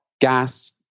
gas